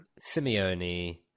Simeone